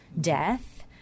death